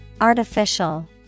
Artificial